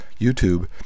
YouTube